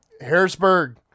Harrisburg